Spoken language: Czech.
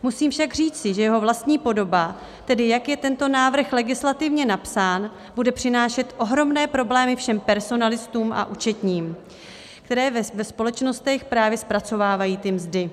Musím však říci, že jeho vlastní podoba, tedy jak je tento návrh legislativně napsán, bude přinášet ohromné problémy všem personalistům a účetním, kteří ve společnostech právě zpracovávají mzdy.